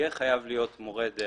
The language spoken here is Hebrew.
יהיה חייב להיות מורה דרך.